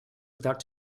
without